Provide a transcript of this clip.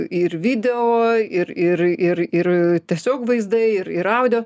ir video ir ir ir ir tiesiog vaizdai ir ir audio